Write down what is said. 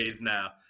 now